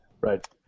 Right